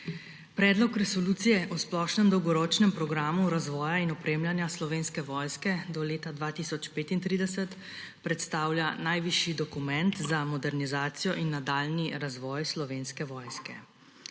Predlog resolucije o splošnem dolgoročnem programu razvoja in opremljanja Slovenske vojske do leta 2035 predstavlja najvišji dokument za modernizacijo in nadaljnji razvoj Slovenske vojske.